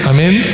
Amen